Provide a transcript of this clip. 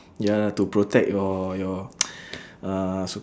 ya to protect your your uh so